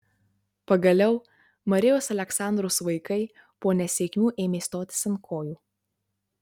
pagaliau marijos aleksandros vaikai po nesėkmių ėmė stotis ant kojų